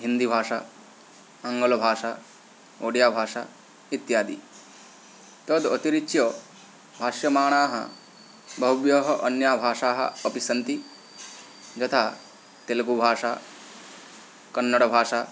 हिन्दीभाषा आङ्ग्लभाषा ओड्याभाषा इत्यादि तद् अतिरिच्य भाष्यमाणाः बह्व्यः अन्याः भाषाः अपि सन्ति यथा तेलगुभाषा कन्नडभाषा